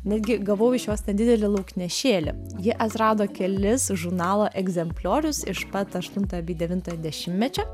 netgi gavau iš jos nedidelį lauknešėlį ji atrado kelis žurnalo egzempliorius iš pat aštunto bei devinto dešimtmečio